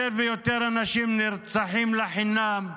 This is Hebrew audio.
יותר ויותר אנשים נרצחים לחינם.